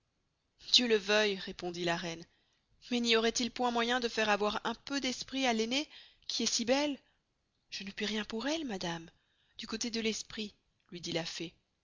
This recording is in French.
dieu le veuille répondit la reine mais n'y auroit il point moyen de faire avoir un peu d'esprit à l'aînée qui est si belle je ne puis rien pour elle madame du costé de l'esprit luy dit la fée